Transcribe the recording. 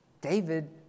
David